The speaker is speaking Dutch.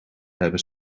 hebben